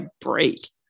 break